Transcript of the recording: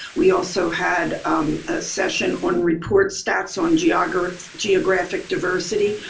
we also had a session on report stats on geographic geographic diversity,